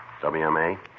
WMA